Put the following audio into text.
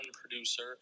producer